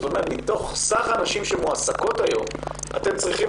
כלומר מתוך סך הנשים שמועסקות היום אתם צריכים